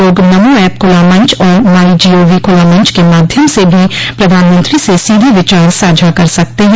लोग नमो ऐप खुला मंच और माइ जी ओ वी खूला मंच के माध्यम से भी प्रधानमंत्री से सीधे विचार साझा कर सकते हैं